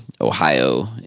Ohio